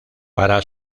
para